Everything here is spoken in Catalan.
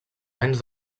anys